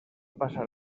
passar